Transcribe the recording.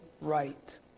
right